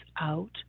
out